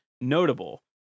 notable